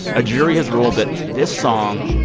a jury has ruled that this song.